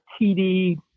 TD